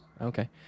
Okay